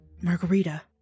Margarita